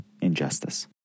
injustice